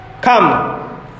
Come